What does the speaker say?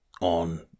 on